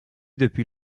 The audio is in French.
depuis